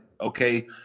Okay